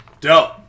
Dope